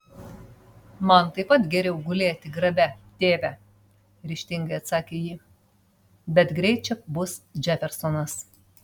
man taip pat geriau gulėti grabe tėve ryžtingai atsakė ji bet greit čia bus džefersonas